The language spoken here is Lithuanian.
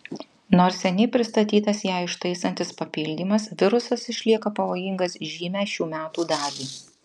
nors seniai pristatytas ją ištaisantis papildymas virusas išlieka pavojingas žymią šių metų dalį